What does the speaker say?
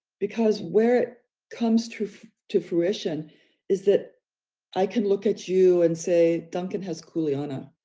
because where it comes to to fruition is that i can look at you and say duncan has kulyana.